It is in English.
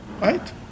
Right